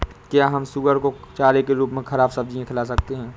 क्या हम सुअर को चारे के रूप में ख़राब सब्जियां खिला सकते हैं?